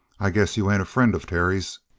i guess you ain't a friend of terry's?